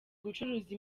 gucuruza